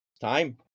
time